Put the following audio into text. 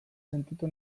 sentitu